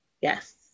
yes